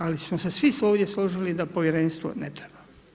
Ali, smo se svi ovdje složili da povjerenstvo ne treba.